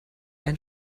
ein